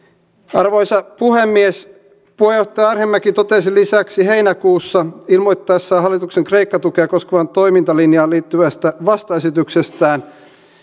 arvoisa puhemies puheenjohtaja arhinmäki totesi lisäksi heinäkuussa ilmoittaessaan hallituksen kreikka tukea koskevaan toimintalinjaan liittyvästä vastaesityksestään